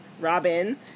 Robin